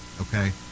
Okay